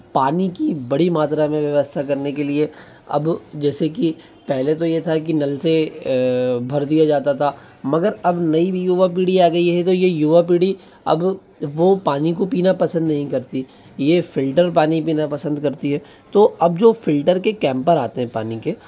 पानी की बड़ी मात्रा में व्यवस्था करने के लिए अब जैसे कि पहले तो ये था कि नल से भर दिया जाता था मगर अब नई युवा पीढ़ी आ गई है तो ये युवा पीढ़ी अब वो पानी को पीना पसंद नहीं करती ये फिल्टर पानी पीना पसंद करती है तो अब जो फिल्टर के कैंपर आते हैं पानी के